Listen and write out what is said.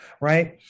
right